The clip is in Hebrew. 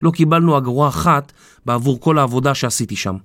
לא קיבלנו אגורה אחת בעבור כל העבודה שעשיתי שם.